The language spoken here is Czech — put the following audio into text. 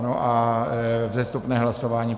A vzestupné hlasování.